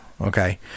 okay